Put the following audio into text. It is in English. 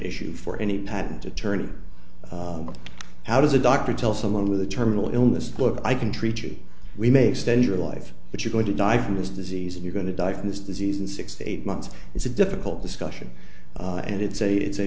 issue for any patent attorney how does a doctor tell someone with a terminal illness look i can treat you we may extend your life but you're going to die from this disease and you're going to die from this disease and six to eight months it's a difficult discussion and it's a it's a